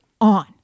on